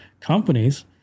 companies